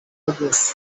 lagos